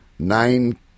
Nine